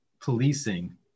policing